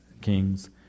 Kings